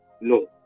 No